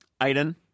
Aiden